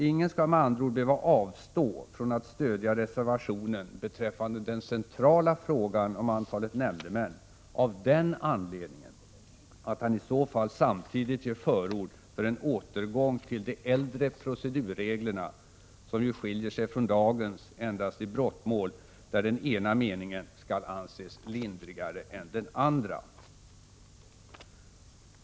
Ingen skall med andra ord behöva avstå från att stödja reservationen beträffande den centrala frågan om antalet nämndemän av den anledningen att han i så fall samtidigt ger förord för en återgång till de äldre procedurreglerna, som ju skiljer sig från dagens endast i brottmål där den ena meningen skall anses lindrigare än den andra.